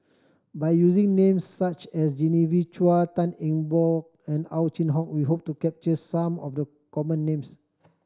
by using names such as Genevieve Chua Tan Eng Bock and Ow Chin Hock we hope to capture some of the common names